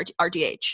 RDH